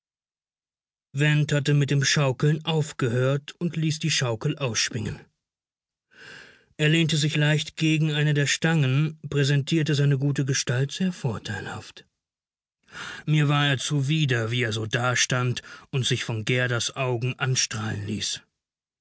went hatte mit dem schaukeln aufgehört und ließ die schaukel ausschwingen er lehnte sich leicht gegen eine der stangen präsentierte seine gute gestalt sehr vorteilhaft mir war er zuwider wie er so dastand und sich von gerdas augen anstrahlen ließ